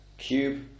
cube